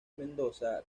mendoza